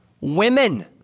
Women